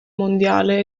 mondiale